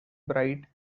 bright